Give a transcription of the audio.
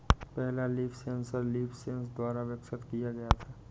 पहला leaf sensor leafsense द्वारा विकसित किया गया था